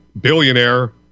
billionaire